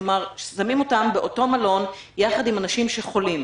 כלומר, שמים אותם באותו מלון יחד עם אנשים שחולים.